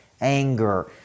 anger